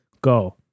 go